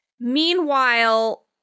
Meanwhile